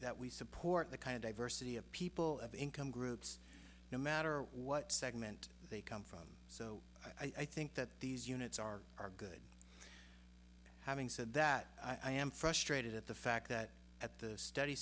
that we support the kind of diversity of people of income groups no matter what segment they come from so i think that these units are are good having said that i am frustrated at the fact that at the study